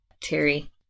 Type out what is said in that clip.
Terry